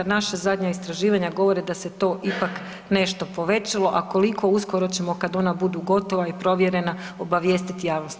Naša zadnja istraživanja govore da se to ipak nešto povećalo, a koliko uskoro ćemo kad ona budu gotova i provjerena obavijestiti javnost.